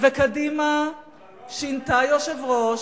קדימה שינתה יושב-ראש,